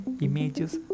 images